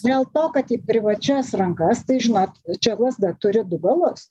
dėl to kad į privačias rankas tai žinot čia lazda turi du galus